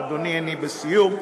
אדוני, אני מסיים.